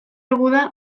guda